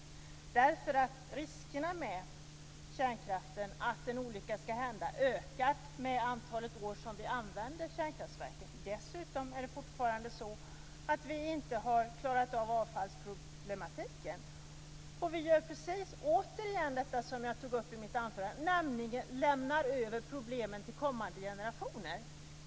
Riskerna att en olycka ska hända med kärnkraften ökar med antalet år som kärnkraftverken används. Dessutom har vi fortfarande inte klarat av avfallsproblematiken. Återigen gör vi precis det som jag nämnde i mitt anförande, nämligen lämnar över problemen till kommande generationer.